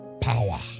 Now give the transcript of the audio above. power